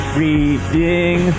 reading